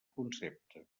concepte